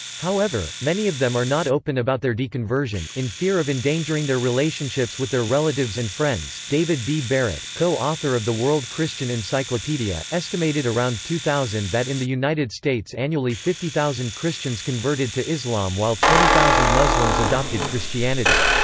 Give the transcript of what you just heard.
however, many of them are not open about their deconversion, in fear of endangering their relationships with their relatives and friends david b. barrett, co-author of the world christian encyclopedia, estimated around two thousand that in the united states annually fifty thousand christians converted to islam while twenty thousand muslims adopted christianity.